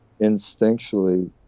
instinctually